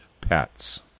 pets